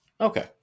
Okay